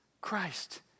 Christ